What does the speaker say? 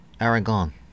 Aragon